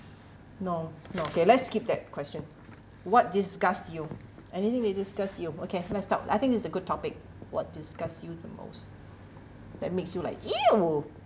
no no okay let's skip that question what disgust you anything that disgust you okay let's talk I think it's a good topic what disgust you the most that makes you like !eww!